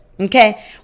Okay